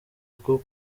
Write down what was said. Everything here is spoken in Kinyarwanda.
rwo